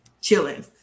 chilling